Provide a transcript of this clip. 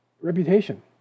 reputation